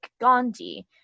Gandhi